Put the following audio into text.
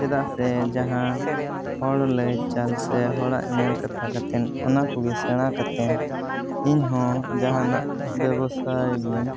ᱪᱮᱫᱟᱜ ᱥᱮ ᱡᱟᱦᱟᱸ ᱦᱚᱲ ᱞᱟᱹᱭ ᱪᱟᱞ ᱥᱮ ᱦᱚᱲᱟᱜ ᱧᱮᱞ ᱠᱟᱛᱷᱟ ᱠᱟᱛᱮᱱ ᱚᱱᱟ ᱠᱚᱜᱮ ᱥᱮᱬᱟ ᱠᱟᱛᱮ ᱤᱧ ᱦᱚᱸ ᱡᱟᱦᱟᱱᱟᱜ ᱵᱮᱵᱚᱥᱟᱭ ᱜᱤᱭᱟᱹᱧ